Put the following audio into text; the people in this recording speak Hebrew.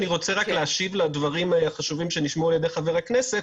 אני רוצה להשיב לדברים החשובים שנשמעו על-ידי חבר הכנסת.